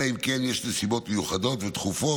אלא אם כן יש נסיבות מיוחדות ודחופות